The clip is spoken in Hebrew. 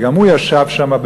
שגם הוא ישב שם,